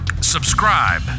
subscribe